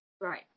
Right